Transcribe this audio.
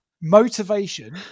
Motivation